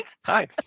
hi